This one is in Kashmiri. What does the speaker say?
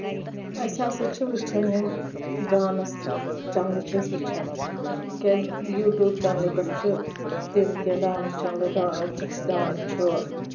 اَسہِ ہسا چھُ وٕچھان یِم ڈانٕس چنلہٕ چھِ أسۍ وٕچھان کیازِ یوٗٹیوٗب چَنلہِ پؠٹھ چھُ تِم کینٛہہ ڈانٔس چنلہٕ ڈان چس ڈانٔس چھُ